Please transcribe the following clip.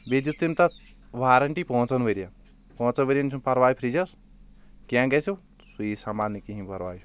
بییٚہِ دِژ تٔمۍ تتھ وارنٹی پانٛژن ؤرۍ ین پانٛژن ؤرۍ ین چھُنہٕ پرواے فرجس کینٛہہ گژھیٚو سُہ یی سنبھانہِ کہِنۍ پرواے چھُنہٕ